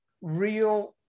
real